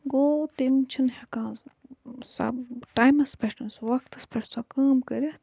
گوٚو تِم چھِنہٕ ہیٚکان سۄ ٹایمَس پٮ۪ٹھ وَقتَس پٮ۪ٹھ سۄ کٲم کٔرِتھ